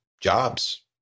jobs